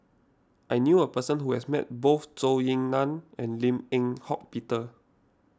I knew a person who has met both Zhou Ying Nan and Lim Eng Hock Peter